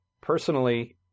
Personally